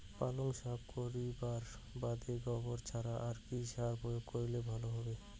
পালং শাক করিবার বাদে গোবর ছাড়া আর কি সার প্রয়োগ করিলে ভালো হবে?